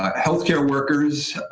um health-care workers